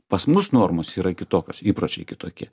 pas mus normos yra kitokios įpročiai kitokie